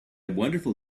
wonderful